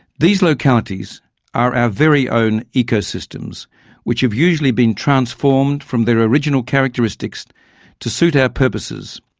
these localities are our very own ecosystems which have usually been transformed from their original characteristics to suit our purposes.